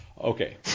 Okay